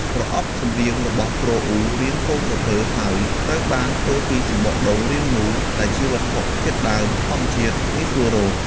ប្រអប់សំនៀងរបស់ទ្រអ៊ូរាងពងក្រពើ ហើយត្រូវបានធ្វើពីសំបកដូងរាងមូល ដែលជាវត្ថុធាតុដើមធម្មជាតិងាយស្រួលរក។